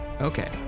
Okay